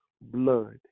blood